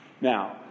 Now